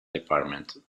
department